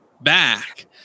back